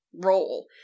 role